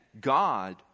God